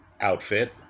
outfit